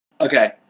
Okay